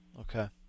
Okay